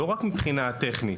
לא רק מבחינה טכנית,